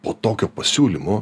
po tokio pasiūlymo